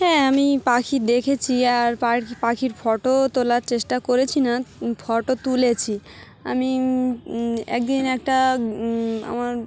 হ্যাঁ আমি পাখি দেখেছি আর পা পাখির ফটোও তোলার চেষ্টা করেছি না ফটো তুলেছি আমি একদিন একটা আমার